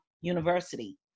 University